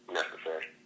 necessary